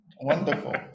Wonderful